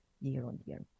year-on-year